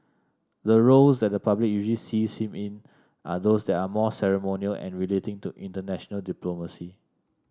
the roles that the public usually sees him in are those that are more ceremonial and relating to international diplomacy